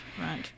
right